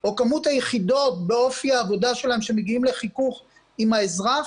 או כמות היחידות באופי העבודה שלהן שמגיעים לחיכוך עם האזרח,